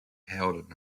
held